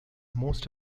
most